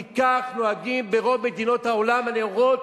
כי כך נוהגים ברוב מדינות העולם הנאורות,